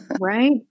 Right